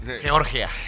Georgia